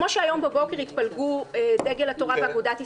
כמו שהיום בבוקר התפלגו דגל התורה ואגודת ישראל,